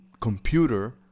computer